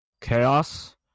Chaos